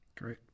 great